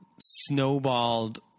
snowballed